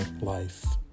life